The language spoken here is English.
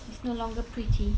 is no longer pretty